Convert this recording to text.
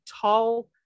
tall